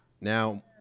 now